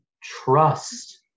trust